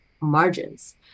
margins